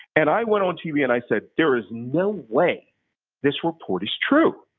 and i went on tv and i said, there is no way this report is true,